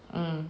mm